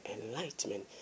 enlightenment